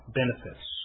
benefits